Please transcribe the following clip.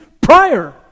prior